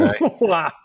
wow